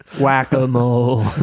Whack-a-mole